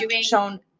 shown